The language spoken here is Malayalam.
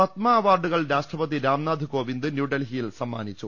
പത്മ അവാർഡുകൾ രാഷ്ട്രപതി രാംനാഥ് കോവിന്ദ് ന്യൂഡൽഹി യിൽ സമ്മാനിച്ചു